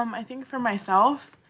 um i think for myself,